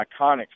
iconic